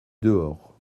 dehors